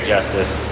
Justice